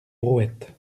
brouette